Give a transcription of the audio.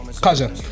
cousin